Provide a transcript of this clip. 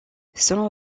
selon